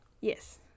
Yes